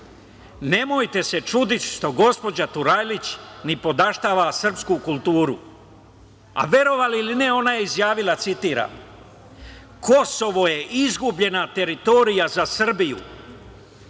nemojte se čuditi što gospođa Turajlić nipodaštava srpsku kulturu, a verovali ili ne, ona je izjavila, citiram: „Kosovo je izgubljena teritorija za Srbiju,